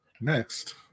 next